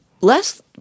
less